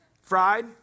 Fried